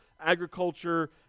agriculture